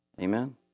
Amen